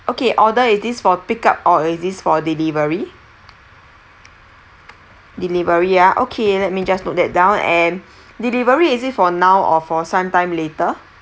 okay order is this for pick up or is this for delivery delivery ah okay let me just note that down and delivery is it for now or for some time later